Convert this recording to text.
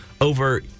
over